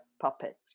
puppet